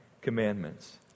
Commandments